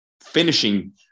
finishing